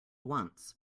once